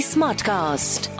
Smartcast